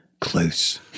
Close